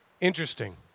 interesting